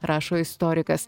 rašo istorikas